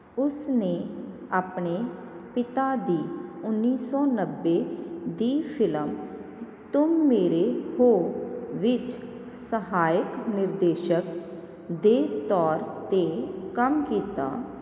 ਉਸ ਨੇ ਆਪਣੇ ਪਿਤਾ ਦੀ ਉੱਨੀ ਸੌ ਨੱਬੇ ਦੀ ਫਿਲਮ ਤੁਮ ਮੇਰੇ ਹੋ ਵਿੱਚ ਸਹਾਇਕ ਨਿਰਦੇਸ਼ਕ ਦੇ ਤੌਰ 'ਤੇ ਕੰਮ ਕੀਤਾ